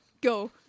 Go